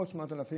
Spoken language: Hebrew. עוד 8,000,